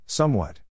Somewhat